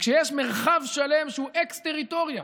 וכשיש מרחב שלם שהוא אקס-טריטוריה,